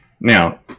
Now